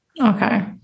okay